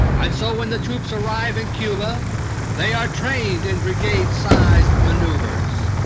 and so when the troops arrive in cuba they are trained in brigade-size maneuvers.